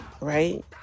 right